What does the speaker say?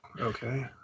okay